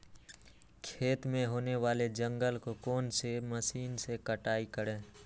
खेत में होने वाले जंगल को कौन से मशीन से कटाई करें?